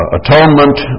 atonement